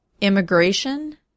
immigration